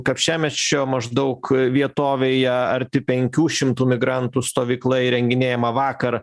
kapčiamiesčio maždaug vietovėje arti penkių šimtų migrantų stovykla įrenginėjama vakar